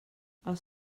els